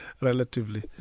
Relatively